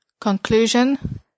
Conclusion